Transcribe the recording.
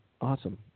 awesome